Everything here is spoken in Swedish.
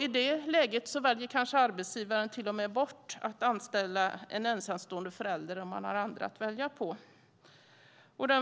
I det läget väljer kanske arbetsgivaren till och med bort att anställa en ensamstående förälder om det finns andra att välja på.